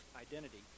identity